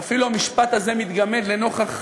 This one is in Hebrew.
ואפילו המשפט הזה מתגמד לנוכח